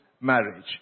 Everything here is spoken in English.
marriage